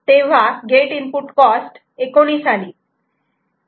तेव्हा gate input cost 19 आली